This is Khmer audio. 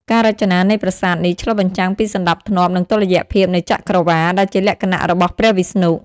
ការរចនានៃប្រាសាទនេះឆ្លុះបញ្ចាំងពីសណ្តាប់ធ្នាប់ និងតុល្យភាពនៃចក្រវាឡ ដែលជាលក្ខណៈរបស់ព្រះវិស្ណុ។